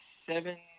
seven